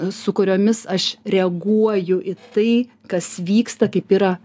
su kuriomis aš reaguoju į tai kas vyksta kaip yra